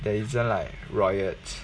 there isn't like riots